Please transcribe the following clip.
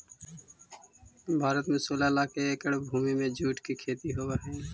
भारत में सोलह लाख एकड़ भूमि में जूट के खेती होवऽ हइ